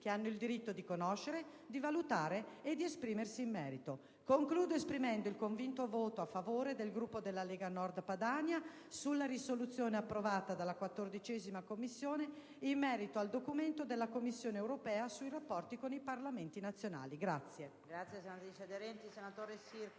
che hanno il diritto di conoscere, di valutare e di esprimersi in merito. Concludo esprimendo il convinto voto a favore del Gruppo della Lega Nord Padania sulla risoluzione approvata dalla 14a Commissione in merito al documento della Commissione europea sui rapporti con i Parlamenti nazionali.